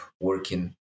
working